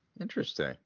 interesting